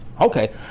Okay